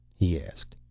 he asked.